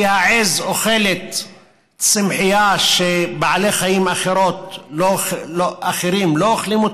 כי העז אוכלת צמחייה שבעלי חיים אחרים לא אוכלים,